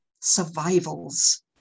survivals